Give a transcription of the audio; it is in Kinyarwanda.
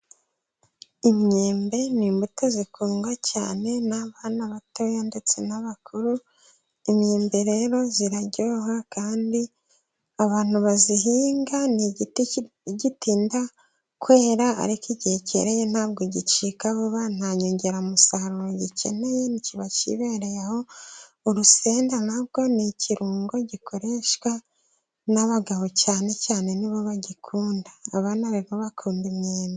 Imyembe ni imbuto zikundwa cyane n'abana batoya ndetse n'abakuru. Imyembe rero iraryoha kandi abantu bayihinga ni igiti gitinda kwera ariko igihe kereye ntabwo gicika vuba, nta nyongeramusaruro gikeneye kiba kibereye aho. Urusenda narwo ni ikirungo gikoreshwa n'abagabo cyane cyane nibo bagikunda abana rero bakunda imyembe.